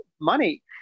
money